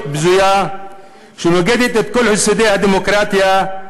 בזויה שנוגדת את כל יסודות הדמוקרטיה.